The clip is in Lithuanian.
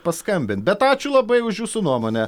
paskambint bet ačiū labai už jūsų nuomonę